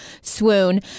swoon